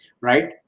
Right